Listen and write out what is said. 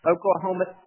Oklahoma